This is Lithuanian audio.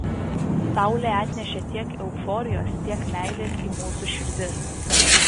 saulė atnešė tiek euforijos tiek meilės į mūsų širdis